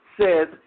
says